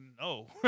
No